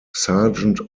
sergeant